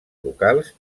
locals